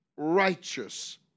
righteous